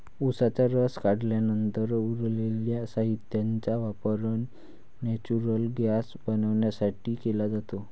उसाचा रस काढल्यानंतर उरलेल्या साहित्याचा वापर नेचुरल गैस बनवण्यासाठी केला जातो